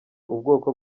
ubwoko